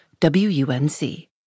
WUNC